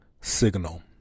signal